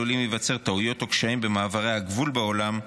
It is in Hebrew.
עלולים להיווצר טעויות או קשיים במעברי הגבול בעולם,